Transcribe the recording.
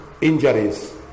injuries